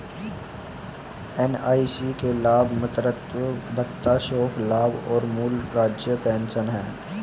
NIC के लाभ मातृत्व भत्ता, शोक लाभ और मूल राज्य पेंशन हैं